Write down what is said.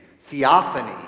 theophany